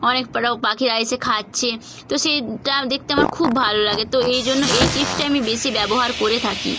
অনেক পাখিরা আইসে খাচ্ছে তো সেইটা দেখতে আমার খুব ভালো লাগে তো এই জন্য এই টিপসটা আমি বেশি ব্যবহার করে থাকি